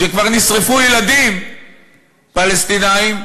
כשנשרפו ילדים פלסטינים,